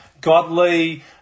Godly